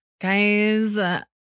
guys